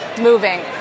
moving